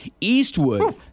Eastwood